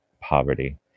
poverty